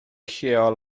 lleol